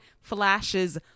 flashes